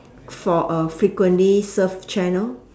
for a frequently surfed channel